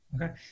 Okay